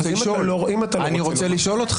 אני רוצה לשאול.